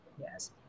yes